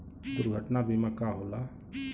दुर्घटना बीमा का होला?